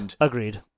Agreed